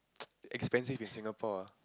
expensive in Singapore ah